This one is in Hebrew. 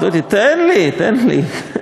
דודי, תן לי, תן לי.